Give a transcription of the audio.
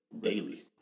daily